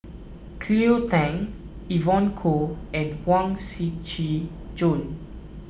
Cleo Thang Evon Kow and Huang Shiqi Joan